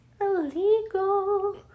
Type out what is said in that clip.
illegal